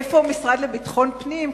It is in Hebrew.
איפה המשרד לביטחון פנים,